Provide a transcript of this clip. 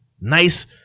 Nice